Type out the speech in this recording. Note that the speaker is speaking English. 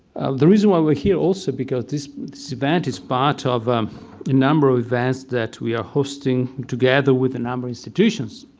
the reason why we're here also, because this vantage spot of um a number of events that we are hosting together with a number of institutions,